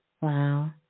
Wow